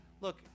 look